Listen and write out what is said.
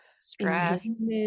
stress